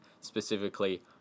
specifically